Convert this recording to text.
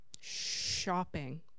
Shopping